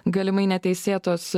galimai neteisėtos